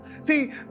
see